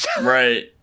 Right